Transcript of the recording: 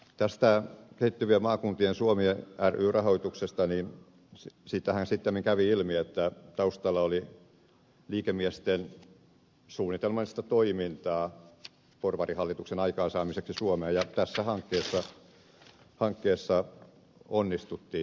tästä kehittyvien maakuntien suomi ryn rahoituksestahan sittemmin kävi ilmi että taustalla oli liikemiesten suunnitelmallista toimintaa porvarihallituksen aikaansaamiseksi suomeen ja tässä hankkeessa onnistuttiin